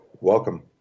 Welcome